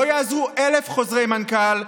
לא יעזרו אלף חוזרי מנכ"ל,